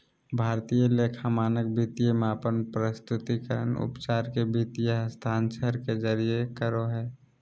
भारतीय लेखा मानक वित्तीय मापन, प्रस्तुतिकरण, उपचार के वित्तीय हस्तांतरण के जारी करो हय